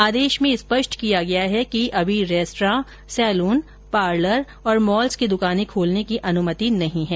आदेश में स्पष्ट किया गया है कि अभी रेस्त्रां सैलून पार्लर और मॉल्स की दुकानें खोलने की अनुमति नहीं है